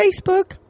Facebook